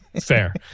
Fair